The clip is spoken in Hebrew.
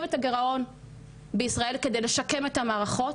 את הגירעון בישראל כדי לשקם את המערכות.